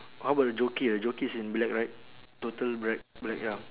how about the jockey ah jockey is in black right total black black ya